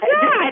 god